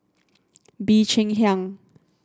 Bee Cheng Hiang